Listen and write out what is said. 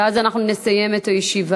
ואז אנחנו נסיים את הישיבה.